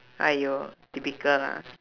!aiyo! typical lah